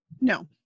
no